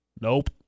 Nope